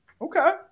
Okay